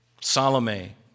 Salome